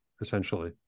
essentially